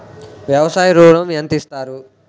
వ్యవసాయ ఋణం ఎంత ఇస్తారు?